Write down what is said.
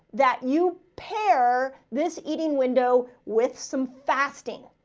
that you pair this eating window with some fasting.